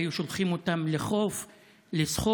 היו שולחים אותם לחוף לשחות,